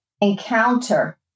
encounter